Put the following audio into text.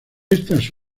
estas